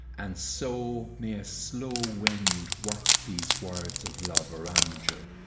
and so may a slow wind work these words of love around you,